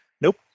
Nope